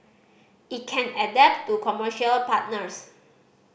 it can adapt to commercial partners